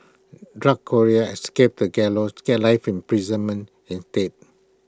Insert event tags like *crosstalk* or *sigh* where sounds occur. drug courier escapes the gallows gets life in *unintelligible* instead